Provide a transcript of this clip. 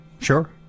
Sure